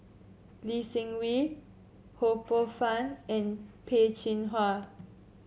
Lee Seng Wee Ho Poh Fun and Peh Chin Hua